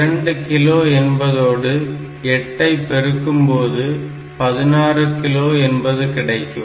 2 kilo என்பதோடு 8 ஐ பெருக்கும்போது 16 கிலோ என்பது கிடைக்கும்